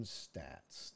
stats